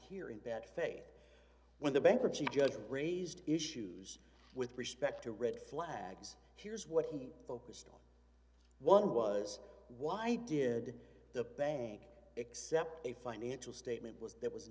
here in that phase when the bankruptcy judge raised issues with respect to red flags here's what he focused on one was why did the bank except a financial statement was that was